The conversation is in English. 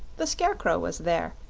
the scarecrow was there,